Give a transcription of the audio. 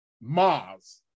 mars